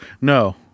no